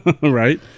Right